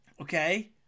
Okay